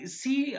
see